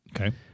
okay